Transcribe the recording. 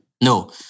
No